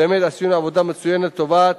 באמת עשינו עבודה מצוינת לטובת